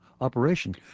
operation